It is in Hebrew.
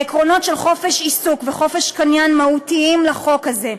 העקרונות של חופש עיסוק וחופש קניין מהותיים לחוק הזה.